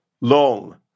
Long